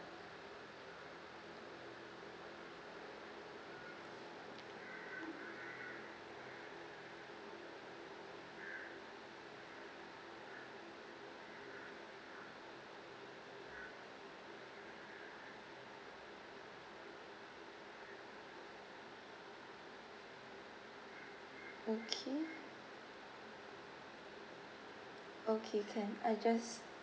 okay okay can I just